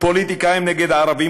פוליטיקאים נגד ערבים,